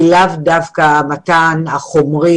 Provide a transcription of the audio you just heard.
היא לאו דווקא המתן החומרי,